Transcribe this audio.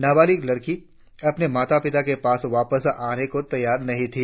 नाबालिक लड़की अपने माता पिता के पास वापस आने को तैयार नहीं थी